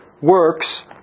works